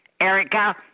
Erica